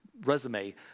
resume